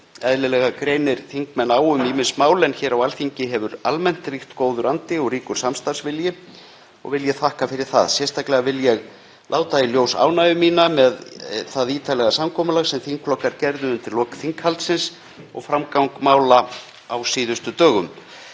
Eðlilega greinir þingmenn á um ýmis mál en hér á Alþingi hefur almennt ríkt góður andi og ríkur samstarfsvilji og vil ég þakka fyrir það. Sérstaklega vil ég láta í ljós ánægju mína með það ítarlega samkomulag sem þingflokkar gerðu undir lok þinghaldsins og framgang mála á síðustu dögum.